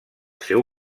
seu